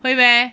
会 meh